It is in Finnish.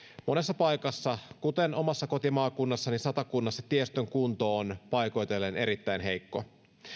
monessa paikassa kuten omassa kotimaakunnassani satakunnassa tiestön kunto on paikoitellen erittäin heikko